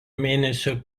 mėnesio